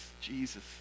Jesus